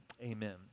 Amen